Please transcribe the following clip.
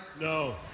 No